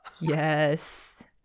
yes